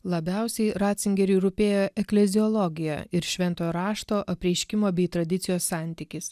labiausiai ratzingeriui rūpėjo ekleziologija ir šventojo rašto apreiškimo bei tradicijos santykis